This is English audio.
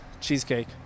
cheesecake